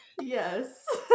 Yes